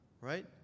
right